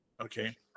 okay